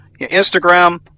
instagram